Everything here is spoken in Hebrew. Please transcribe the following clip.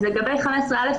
אז לגבי 15(א),